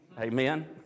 Amen